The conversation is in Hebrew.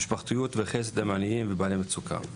משפחתיות וחסד עם עניים ובעלי מצוקה.